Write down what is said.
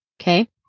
Okay